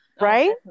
Right